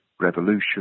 revolution